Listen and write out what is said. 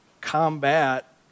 combat